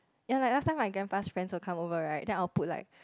ya like last time my grandpa's friends come over right then I will put like